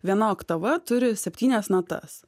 viena oktava turi septynias natas